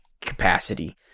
capacity